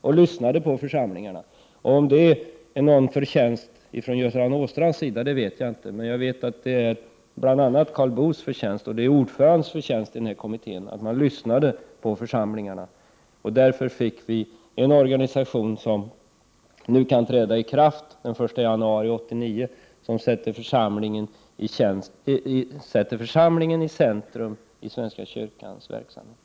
Om det var Göran Åstrands förtjänst vet jag inte, men jag tt vet att det var bl.a. Karl Boos och kommittéordförandens förtjänst att man lyssnade på församlingarna. Därför fick vi en organisation som nu kan träda i kraft den 1 januari 1989, en organisation som sätter församlingen i centrum i svenska kyrkans verksamhet.